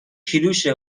کیلوشه